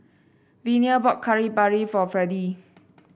Vena bought Kari Babi for Freddie